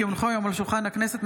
כי הונחו היום על שולחן הכנסת,